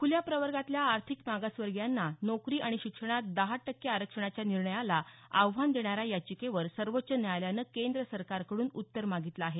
खुल्या प्रवर्गातल्या आर्थिक मागासवर्गीयांना नोकरी आणि शिक्षणात दहा टक्के आरक्षणाच्या निर्णयाला आव्हान देणाऱ्या याचिकेवर सर्वोच्च न्यायालयानं केंद्र सरकारकड्रन उत्तर मागितलं आहे